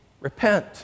Repent